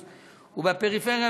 ובפריפריה,